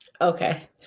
Okay